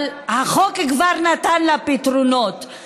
אבל החוק כבר נתן לה פתרונות.